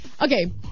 Okay